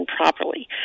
properly